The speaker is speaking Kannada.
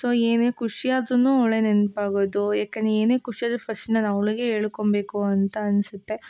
ಸೊ ಏನೇ ಖುಷಿ ಆದ್ರೂ ಅವಳೇ ನೆನಪಾಗೋದು ಏಕಂದ್ರೆ ಏನೇ ಖುಷಿಯಾದ್ರೂ ಫಸ್ಟ್ ನಾನು ಅವ್ಳಿಗೇ ಹೇಳ್ಕೊಂಬೇಕು ಅಂತ ಅನಿಸುತ್ತೆ